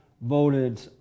voted